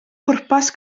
pwrpas